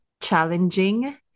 challenging